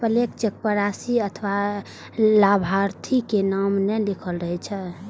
blank cheque पर राशि अथवा लाभार्थी के नाम नै लिखल रहै छै